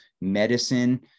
medicine